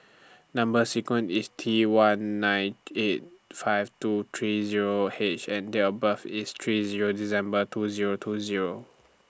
Number sequence IS T one nine eight five two three Zero H and Date of birth IS three Zero December two Zero two Zero